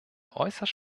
äußerst